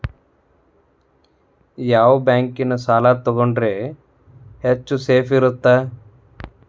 ಯಾವ ಬ್ಯಾಂಕಿನ ಸಾಲ ತಗೊಂಡ್ರೆ ಹೆಚ್ಚು ಸೇಫ್ ಇರುತ್ತಾ?